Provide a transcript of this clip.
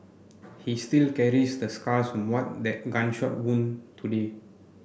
he still carries the scars from what that gunshot wound today